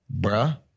Bruh